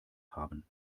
haben